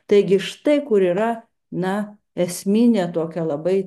taigi štai kur yra na esminė tokia labai